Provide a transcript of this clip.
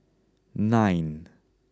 nine